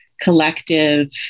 collective